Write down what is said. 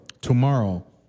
Tomorrow